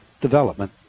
development